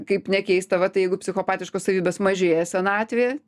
kaip nekeista vat jeigu psichopatiškos savybės mažėja senatvėje